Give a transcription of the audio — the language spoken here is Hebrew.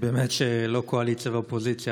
באמת שלא קואליציה ואופוזיציה,